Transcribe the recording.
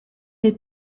les